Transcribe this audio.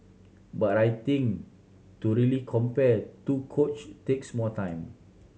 but I think to really compare two coach takes more time